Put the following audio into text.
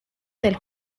del